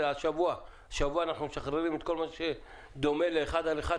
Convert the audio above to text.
השבוע אנחנו משחררים את כל מה שדומה לאחד על אחד,